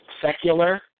secular